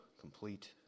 complete